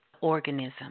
organism